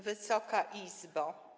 Wysoka Izbo!